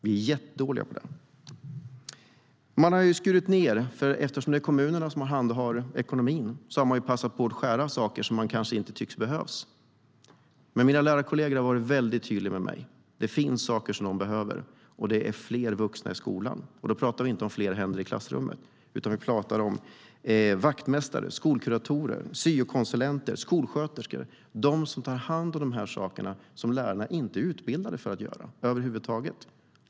Vi är jättedåliga på det. Eftersom det är kommunerna som handhar ekonomin har man passat på att skära på saker som man kanske inte tycker behövs. Mina lärarkolleger har varit väldigt tydliga med mig. Det finns saker som de behöver, och det är fler vuxna i skolan. Då talar vi inte som fler händer i klassrummet. Vi talar om vaktmästare, skolkuratorer, syokonsulenter och skolsköterskor. Det är de som tar hand om de saker som lärarna inte är utbildade för att göra över huvud taget.